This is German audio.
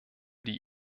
die